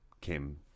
came